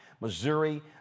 Missouri